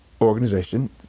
organization